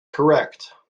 correct